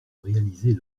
réaliser